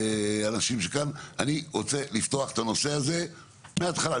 אני רוצה לפתוח את הנושא הזה מהתחלה.